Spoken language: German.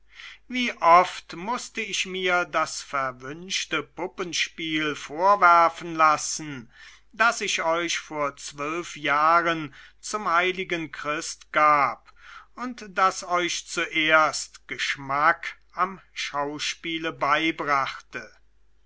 wie oft mußte ich mir das verwünschte puppenspiel vorwerfen lassen das ich euch vor zwölf jahren zum heiligen christ gab und das euch zuerst geschmack am schauspiele beibrachte